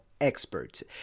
experts